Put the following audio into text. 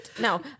no